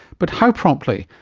but how promptly,